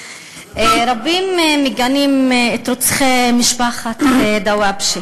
רבים מגנים את רוצחי משפחת דוואבשה.